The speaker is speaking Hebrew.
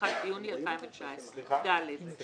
"י"ח בסיון התשע"ט (21 ביוני 2019)"." סליחה,